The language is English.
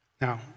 Now